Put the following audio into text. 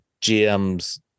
GM's